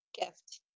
gift